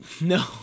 No